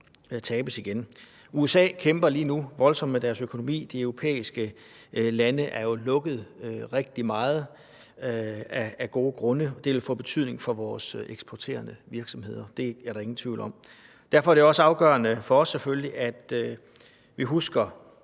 tabes igen. USA kæmper lige nu voldsomt med deres økonomi, og de europæiske lande er jo rigtig lukkede af gode grunde, og det vil få betydning for vores eksporterende virksomheder. Det er der ingen tvivl om. Derfor er det også afgørende for os selvfølgelig, at vi husker